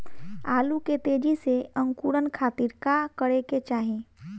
आलू के तेजी से अंकूरण खातीर का करे के चाही?